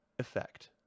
Effect